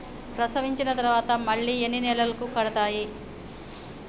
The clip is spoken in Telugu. ప్రసవించిన తర్వాత మళ్ళీ ఎన్ని నెలలకు కడతాయి?